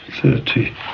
thirty